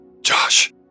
Josh